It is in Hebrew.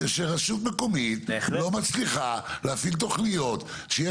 שרשות מקומית לא מצליחה להפעיל תוכניות.